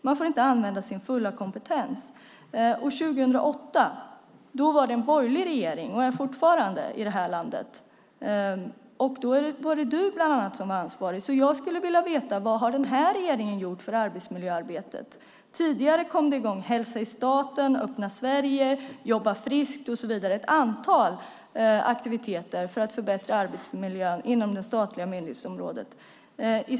Man får inte använda sin fulla kompetens. År 2008 var det en borgerlig regering i det här landet, och det är så fortfarande. Då var det bland annat du som var ansvarig, Sven Otto Littorin. Jag skulle vilja veta vad den här regeringen har gjort för arbetsmiljöarbetet. Tidigare kom det i gång ett antal aktiviteter för att förbättra arbetsmiljön inom det statliga myndighetsområdet: Hälsa i staten, Öppna Sverige, Jobba friskt och så vidare.